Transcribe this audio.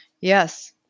Yes